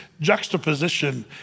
juxtaposition